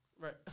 right